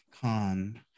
Khan